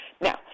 Now